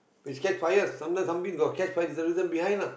but it catch fire sometimes something catch fire there's a reason behind lah